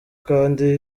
kandi